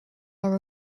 are